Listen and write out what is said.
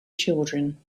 children